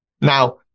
now